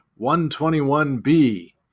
121b